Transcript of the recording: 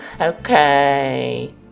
Okay